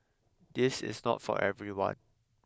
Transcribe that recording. this is not for everyone